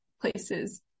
places